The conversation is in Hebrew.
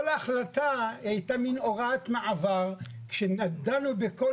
כל ההחלטה הייתה מין הוראת מעבר כשדנו בכל